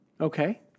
Okay